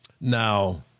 Now